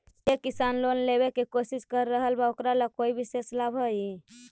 जे किसान लोन लेवे के कोशिश कर रहल बा ओकरा ला कोई विशेष लाभ हई?